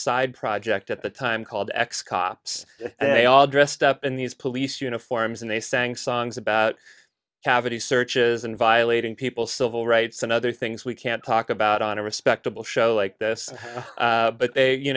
side project at the time called x cops they all dressed up in these police uniforms and they sang songs about cavity searches and violating people's civil rights and other things we can't talk about on a respectable show like this but they you